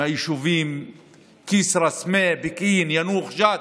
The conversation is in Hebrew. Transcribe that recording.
מהיישובים כסרא-סמיע, פקיעין, יאנוח-ג'ת,